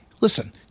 Listen